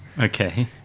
okay